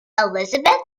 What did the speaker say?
elizabeth